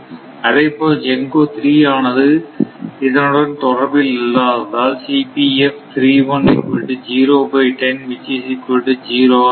அதேபோல GENCO 3 ஆனது இதனுடன் தொடர்பில் இல்லாததால் ஆக இருக்கும்